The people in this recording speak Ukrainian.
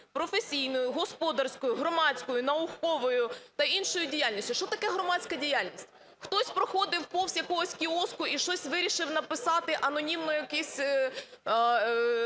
професійною, господарською, науковою та іншою діяльністю". А що таке "громадська діяльність"? Хтось проходив повз якогось кіоску і щось вирішив написати, анонімно якийсь.